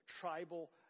tribal